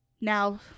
now